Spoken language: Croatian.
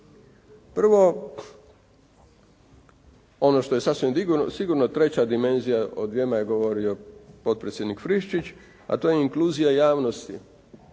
Prvo, ono što je sasvim sigurno treća dimenzija, o dvjema je govorio potpredsjednik Friščić, a to je inkluzija javnosti